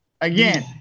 Again